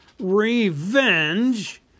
Revenge